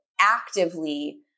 actively